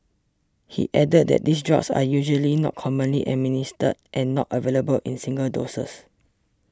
he added that these drugs are usually not commonly administered and not available in single doses